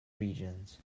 regions